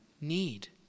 need